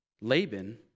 Laban